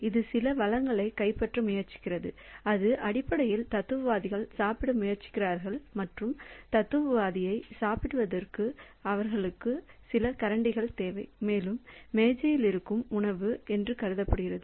இது சில வளங்களை கைப்பற்ற முயற்சிக்கிறது அது அடிப்படையில் தத்துவவாதிகள் சாப்பிட முயற்சிக்கிறார்கள் மற்றும் தத்துவவாதியை சாப்பிடுவதற்கு அவர்களுக்கு சில கரண்டிகள் தேவை மேலும் மேஜையில் இருக்கும் உணவு என்று கருதப்படுகிறது